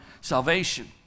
salvation